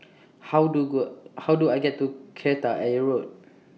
How Do Good How Do I get to Kreta Ayer Road